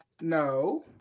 No